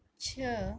छह